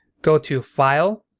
go to file,